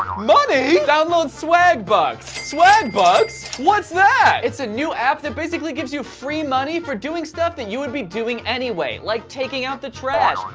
money? download swag bucks! swag bucks? what's that? it's a new app that basically gives you free money for doing stuff that you would be doing anyway like taking out the trash,